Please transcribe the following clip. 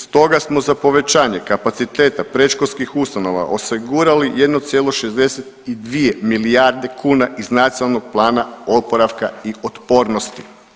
Stoga smo za povećanje kapaciteta predškolskih ustanova osigurali 1,62 milijarde kuna iz Nacionalnog plana oporavka i otpornosti.